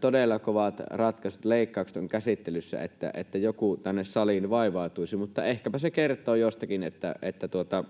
todella kovat ratkaisut ja leikkaukset ovat käsittelyssä, niin joku tänne saliin vaivautuisi. Mutta ehkäpä se kertoo jostakin, että